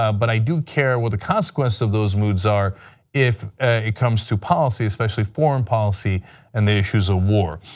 um but i do care what the consequences of those moods are if it comes to policy, especially foreign policy and the issues of war.